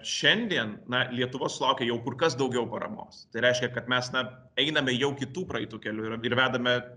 šiandien na lietuva sulaukia jau kur kas daugiau paramos tai reiškia kad mes na einame jau kitų praeitu keliu ir ir vedame